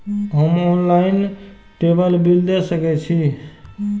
हम online table bill दे सके छी?